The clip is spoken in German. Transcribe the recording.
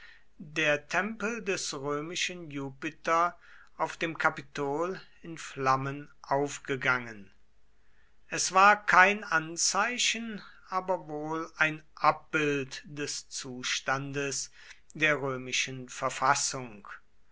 der tempel des römischen jupiter auf dem kapitol in flammen aufgegangen es war kein anzeichen aber wohl ein abbild des zustandes der römischen verfassung